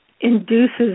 induces